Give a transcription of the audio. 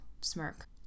smirk